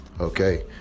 okay